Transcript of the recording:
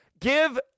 give